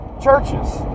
churches